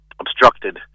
obstructed